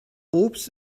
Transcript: obst